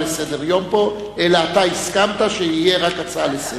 סדר-היום פה אלא הסכמת שתהיה רק הצעה לסדר-היום?